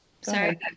Sorry